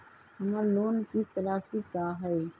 हमर लोन किस्त राशि का हई?